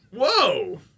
Whoa